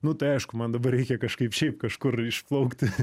nu tai aišku man dabar reikia kažkaip šiaip kažkur išplaukti